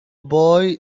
boy